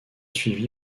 suivi